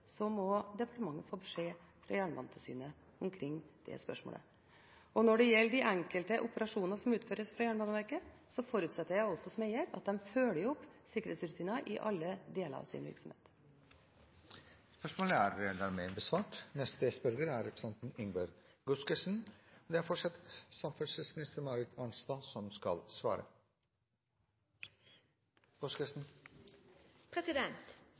må departementet få beskjed av Jernbanetilsynet om det. Når det gjelder de enkelte operasjoner som utføres av Jernbaneverket, forutsetter jeg som eier at de følger opp sikkerhetsrutinene i alle deler av sin virksomhet. «Vi blir stadig flere og flere mennesker i Norge, og togsettene blir stadig lengre, samtidig er